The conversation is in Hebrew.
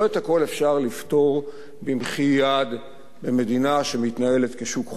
לא את הכול אפשר לפתור במחי יד במדינה שמתנהלת כשוק חופשי,